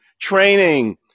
training